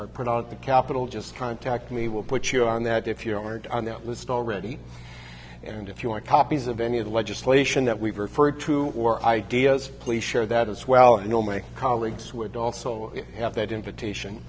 are put on the capitol just contact me will put you on that if you aren't on that list already and if you want copies of any of the legislation that we've referred to or ideas please share that as well i know my colleagues would also have that invitation